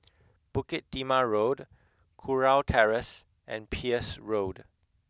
Bukit Timah Road Kurau Terrace and Peirce Road